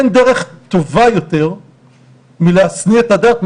אין דרך טובה יותר להשניא את הדת,